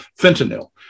fentanyl